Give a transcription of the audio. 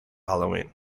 halloween